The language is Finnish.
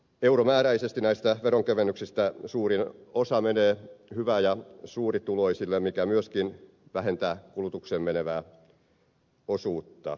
euromääräisesti näistä veronkevennyksistä suurin osa menee hyvä ja suurituloisille mikä myöskin vähentää kulutukseen menevää osuutta